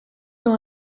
nur